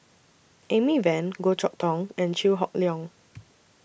Amy Van Goh Chok Tong and Chew Hock Leong